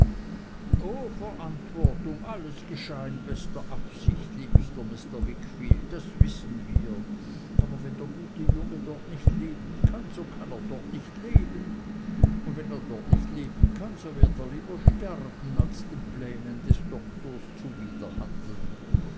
o verantwortung alles geschah in bester absicht liebster mr wickfield das wissen wir aber wenn der gute junge dort nicht leben kann so kann er dort nicht leben und wenn er dort nicht leben kann so wird er lieber sterben als den plänen des doktors zuwiderhandeln